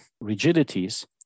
rigidities